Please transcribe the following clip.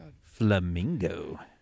Flamingo